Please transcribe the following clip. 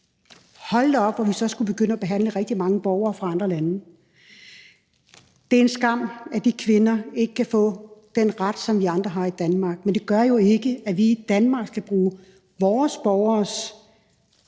Hold da op, hvor vi så skulle begynde at behandle rigtig mange borgere fra andre lande. Det er en skam, at de kvinder ikke kan få den ret, som vi andre har i Danmark, men det gør jo ikke, at vi i Danmark skal bruge vores borgeres